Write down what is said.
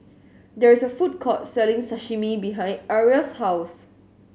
there is a food court selling Sashimi behind Ariella's house